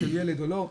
ילד או לא,